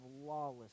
lawless